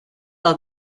are